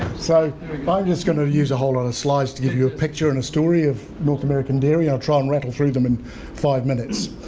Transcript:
so i'm just going to use a whole lot of slides to give you a picture and a story of north american dairy. i'll try and rattle through them in five minutes.